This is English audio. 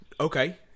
okay